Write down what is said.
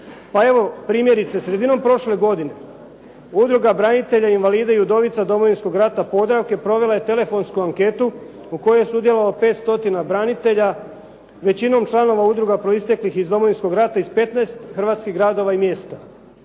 Pa evo, primjerice sredinom prošle godine Udruga branitelja, invalida i udovica Domovinskog rata Podravke provela je telefonsku anketu u kojoj je sudjelovalo 5 stotina branitelja većinom članova udruga proisteklih iz Domovinskog rata iz petnaest hrvatskih gradova i mjesta.